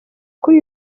kuri